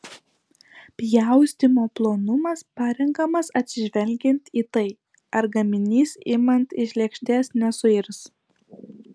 pjaustymo plonumas parenkamas atsižvelgiant į tai ar gaminys imant iš lėkštės nesuirs